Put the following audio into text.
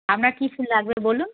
আপনার কী ফুল লাগবে বলুন